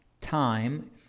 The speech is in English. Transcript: time